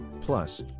Plus